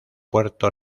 puerto